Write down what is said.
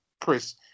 Chris